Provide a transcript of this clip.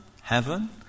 heaven